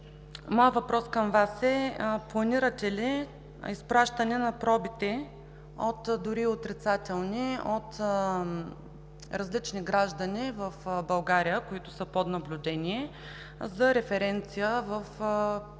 Моят въпрос към Вас е: планирате ли изпращане на пробите дори отрицателни от различни граждани в България, които са под наблюдение, в референтни лаборатории